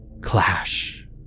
Clash